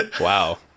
wow